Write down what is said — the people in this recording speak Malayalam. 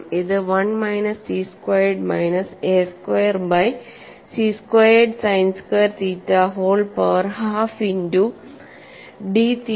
ഇത് 1 minus C squared minus A square by C squared sine square theta whole power half into D theta